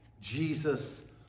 Jesus